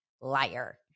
liar